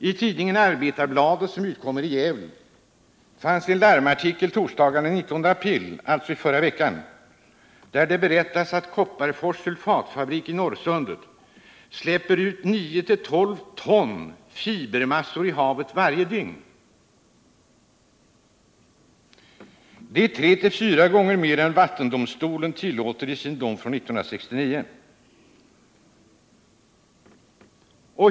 I tidningen Arbetarbladet, som utkommer i Gävle, fanns en larmartikel torsdagen den 19 april — alltså i förra veckan — där det berättas att Kopparfors sulfatfabrik i Norrsundet släpper ut 9-12 ton fibermassor i havet varje dygn. Det är tre till fyra gånger mer än vattendomstolen tillåter enligt dess dom från 1969.